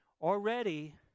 Already